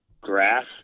grass